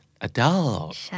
Adult